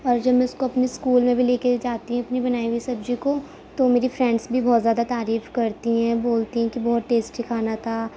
اور جب میں اس کو اپنی اسکول میں بھی لے کے جاتی ہوں اپنی بنائی ہوئی سبزی کو تو میری فرینڈس بھی بہت زیادہ تعریف کرتی ہیں بولتی ہیں کہ بہت ٹیسٹی کھانا تھا